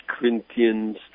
Corinthians